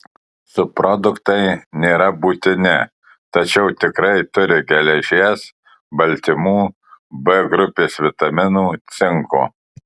subproduktai nėra būtini tačiau tikrai turi geležies baltymų b grupės vitaminų cinko